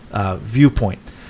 viewpoint